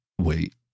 wait